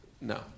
No